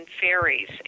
fairies